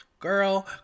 girl